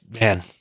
man